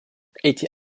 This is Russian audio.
эти